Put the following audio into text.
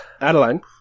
Adeline